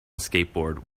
skateboard